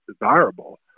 desirable